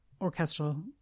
orchestral